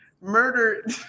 murdered